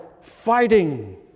fighting